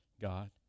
God